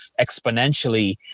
exponentially